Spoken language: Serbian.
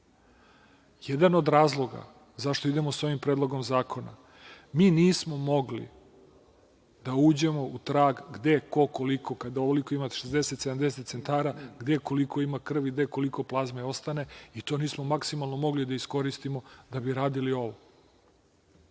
nas. Jedan od razloga zašto idemo sa ovim predlogom zakona, mi nismo mogli da uđemo u trag gde, ko, koliko, kada ovoliko imate, 60, 70 centara, gde i koliko ima krvi, gde i koliko plazme ostane i to nismo mogli maksimalno da iskoristimo da bi radili ovo.